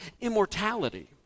immortality